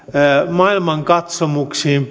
maailmankatsomuksiin